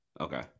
Okay